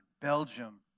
Belgium